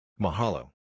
Mahalo